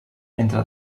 entre